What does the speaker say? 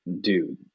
dude